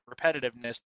repetitiveness